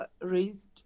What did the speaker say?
raised